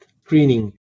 screening